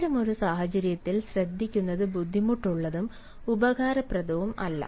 അത്തരമൊരു സാഹചര്യത്തിൽ ശ്രദ്ധിക്കുന്നത് ബുദ്ധിമുട്ടുള്ളതും ഉപകാരപ്രദവും അല്ല